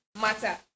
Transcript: matter